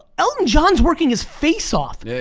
elton john's working his face off.